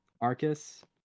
Arcus